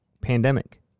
pandemic